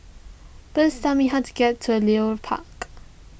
please tell me how to get to Leo Park